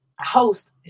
host